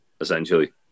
essentially